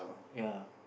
ya